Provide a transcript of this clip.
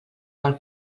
pel